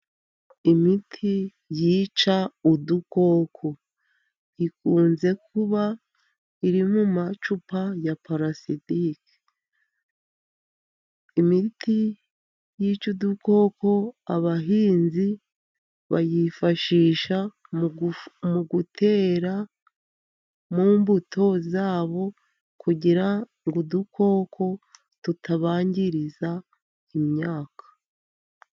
Imiti yica udukoko, ikunze kuba iri mu macupa ya parasitike. Imiti yica udukoko abahinzi bayifashisha mu gutera mu mbuto zabo, kugira ngo udukoko tutabangiriza imyaka.